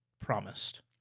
promised